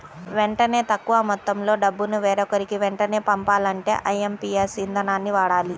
వెంటనే తక్కువ మొత్తంలో డబ్బును వేరొకరికి వెంటనే పంపాలంటే ఐఎమ్పీఎస్ ఇదానాన్ని వాడాలి